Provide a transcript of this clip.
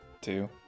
two